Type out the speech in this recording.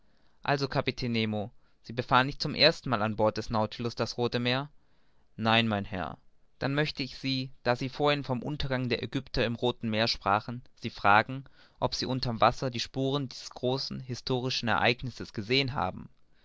also kapitän nemo sie befahren nicht zum ersten mal an bord des nautilus das rothe meer nein mein herr dann möcht ich da sie vorhin vom untergang der aegypter im rothen meer sprachen sie fragen ob sie unter'm wasser die spuren dieses großen historischen ereignisses gesehen haben